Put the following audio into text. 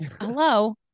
hello